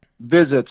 visits